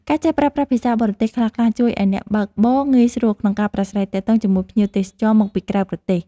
ការចេះប្រើប្រាស់ភាសាបរទេសខ្លះៗជួយឱ្យអ្នកបើកបរងាយស្រួលក្នុងការប្រាស្រ័យទាក់ទងជាមួយភ្ញៀវទេសចរមកពីក្រៅប្រទេស។